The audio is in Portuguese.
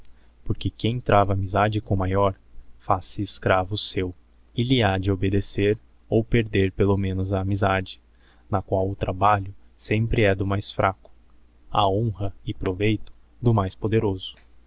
porque quem trava amizade com maior faz-se escravo seu e lhe ha de obedecer ou perder pelo menos a amizade na qual o trabalho sempre he do mais fraco a honra e proveito do mais poderoso